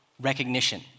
recognition